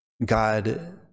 God